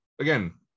again